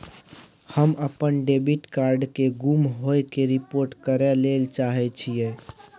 हम अपन debit card के गुम होय के रिपोर्ट करय ले चाहय छियै